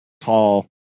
tall